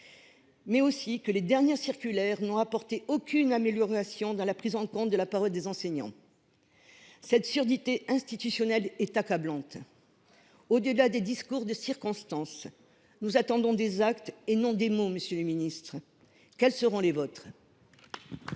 appris que les dernières circulaires n’avaient apporté aucune amélioration dans la prise en compte de la parole des enseignants. Cette surdité institutionnelle est accablante. Au delà des discours de circonstance, nous attendons des actes et non des mots, monsieur le ministre. Quels seront les vôtres ?